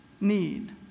need